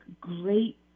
great